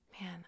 man